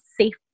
safe